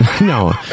no